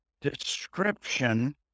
description